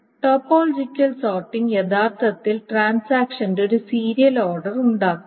topological sorting യഥാർത്ഥത്തിൽ ട്രാൻസാക്ഷന്റെ ഒരു സീരിയൽ ഓർഡർ ഉണ്ടാക്കും